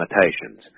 limitations